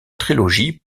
trilogie